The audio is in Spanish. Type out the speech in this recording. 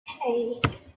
hey